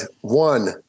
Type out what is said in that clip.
One